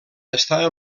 està